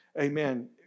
Amen